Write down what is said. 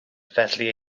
felly